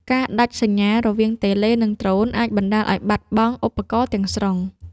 ការដាច់សញ្ញារវាងតេឡេ និងដ្រូន អាចបណ្ដាលឱ្យបាត់បង់ឧបករណ៍ទាំងស្រុង។